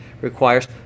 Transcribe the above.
requires